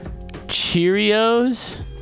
Cheerios